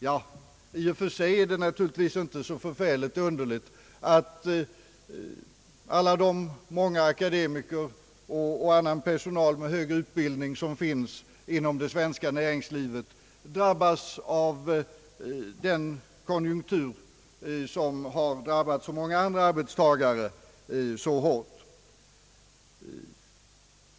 Ja, i och för sig är det naturligtvis inte så förfärligt underligt att alla de akademiker och övrig personal med högre utbildning, som finns inom det svenska näringslivet, får känning av den konjunktur som har drabbat så många andra arbetstagare mycket hårt.